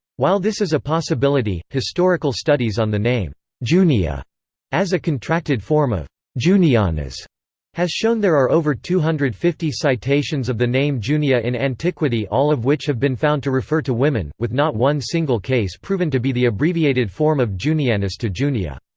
while this is a possibility, historical studies on the name junia as a contracted form of junianas has shown there are over two hundred and fifty citations of the name junia in antiquity all of which have been found to refer to women, with not one single case proven to be the abbreviated form of junianus to junia.